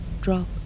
drop